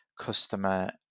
customer